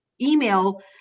email